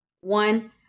One